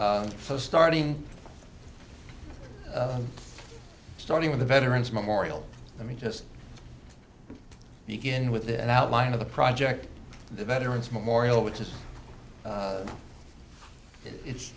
so starting starting with the veterans memorial let me just begin with an outline of the project the veterans memorial which